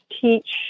teach